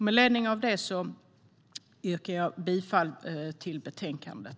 Med ledning av det yrkar jag bifall till förslaget i betänkandet.